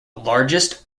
largest